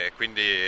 quindi